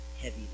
heavy